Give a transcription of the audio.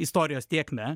istorijos tėkmę